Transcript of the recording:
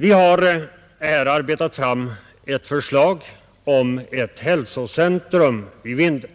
Vi har här arbetat fram ett förslag om ett häloscentrum i Vindeln,